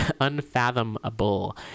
unfathomable